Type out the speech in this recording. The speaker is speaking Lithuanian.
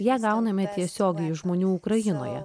ją gauname tiesiogiai iš žmonių ukrainoje